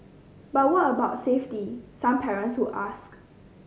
but what about safety some parents would ask